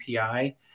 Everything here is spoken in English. api